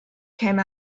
came